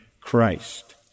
Christ